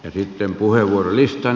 sitten puheenvuorolistaan